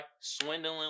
swindling